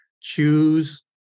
choose